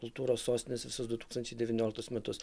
kultūros sostinės visus du tūkstančiai devynioliktus metus